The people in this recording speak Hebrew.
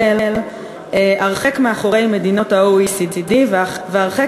ישראל מפגרת ונמצאת הרחק ממדינות ה-OECD והרחק